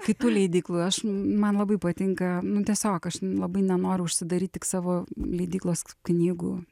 kitų leidyklų aš man labai patinka nu tiesiog aš labai nenoriu užsidaryt tik savo leidyklos knygų